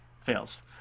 fails